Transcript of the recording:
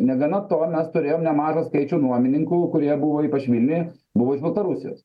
negana to mes turėjom nemažą skaičių nuomininkų kurie buvo ypač vilniuje buvo iš baltarusijos